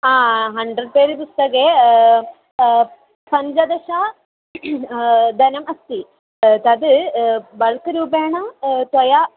हा hundred page पुस्तकं पञ्चदश धनम् अस्ति तद् बल्क् रूपेण त्वया